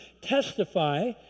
testify